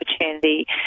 opportunity